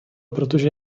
protože